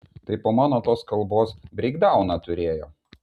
tai po mano tos kalbos breikdauną turėjo